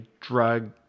drug